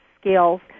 skills